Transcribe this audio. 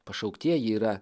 pašauktieji yra